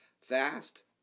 Fast